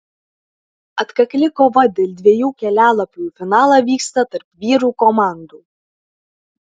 atkakli kova dėl dviejų kelialapių į finalą vyksta tarp vyrų komandų